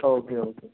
okay okay